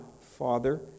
Father